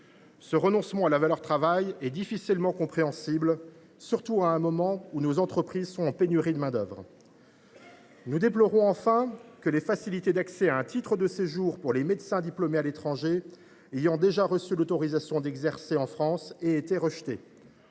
Ce renoncement à la valeur travail est difficilement compréhensible, qui plus est à un moment où nos entreprises font face à une pénurie de main d’œuvre. Nous déplorons enfin que les facilités d’accès à un titre de séjour pour les médecins diplômés à l’étranger ayant déjà reçu l’autorisation d’exercer en France aient été rejetées.